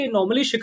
Normally